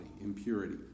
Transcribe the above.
impurity